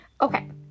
Okay